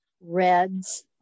reds